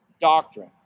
doctrine